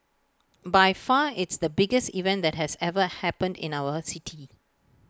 by far it's the biggest event that has ever been in our city